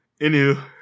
Anywho